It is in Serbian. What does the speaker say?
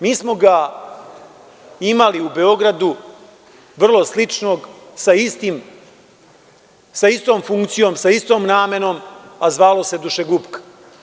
Mi smo ga imali u Beogradu, vrlo sličnog, sa istom funkcijom, sa istom namenom, a zvao se „dušegupka“